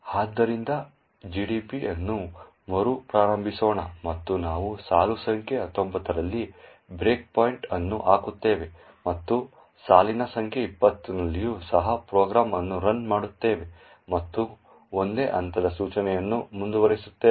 ಆದ್ದರಿಂದ GDB ಅನ್ನು ಮರುಪ್ರಾರಂಭಿಸೋಣ ಮತ್ತು ನಾವು ಸಾಲು ಸಂಖ್ಯೆ 19 ರಲ್ಲಿ ಬ್ರೇಕ್ಪಾಯಿಂಟ್ ಅನ್ನು ಹಾಕುತ್ತೇವೆ ಮತ್ತು ಸಾಲಿನ ಸಂಖ್ಯೆ 20 ನಲ್ಲಿಯೂ ಸಹ ಪ್ರೋಗ್ರಾಂ ಅನ್ನು ರನ್ ಮಾಡುತ್ತೇವೆ ಮತ್ತು ಒಂದೇ ಹಂತದ ಸೂಚನೆಯನ್ನು ಮುಂದುವರಿಸುತ್ತೇವೆ